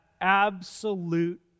absolute